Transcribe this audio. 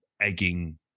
egging